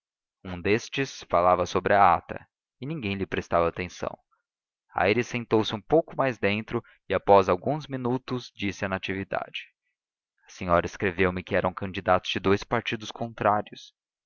um destes falava sobre a ata e ninguém lhe prestava atenção aires sentou-se um pouco mais dentro e após alguns minutos disse a natividade a senhora escreveu-me que eram candidatos de dous partidos contrários